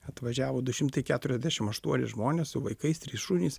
atvažiavo du šimtai keturiasdešim aštuoni žmonės su vaikais trys šunys